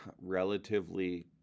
relatively